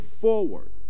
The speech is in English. forward